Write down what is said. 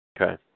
Okay